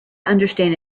understand